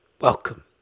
Welcome